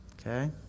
Okay